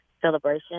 celebration